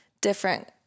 different